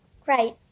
Great